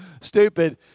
stupid